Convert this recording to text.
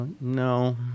no